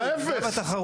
ההיפך.